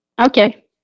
Okay